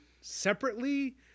separately